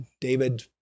David